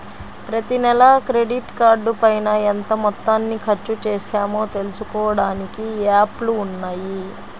ప్రతినెలా క్రెడిట్ కార్డుపైన ఎంత మొత్తాన్ని ఖర్చుచేశామో తెలుసుకోడానికి యాప్లు ఉన్నయ్యి